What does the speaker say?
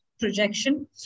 projection